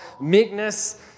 meekness